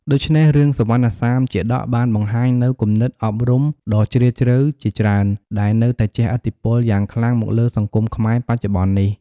ដូច្នេះរឿងសុវណ្ណសាមជាតកបានបង្ហាញនូវគំនិតអប់រំដ៏ជ្រាលជ្រៅជាច្រើន ដែលនៅតែជះឥទ្ធិពលយ៉ាងខ្លាំងមកលើសង្គមខ្មែរបច្ចុប្បន្ននេះ។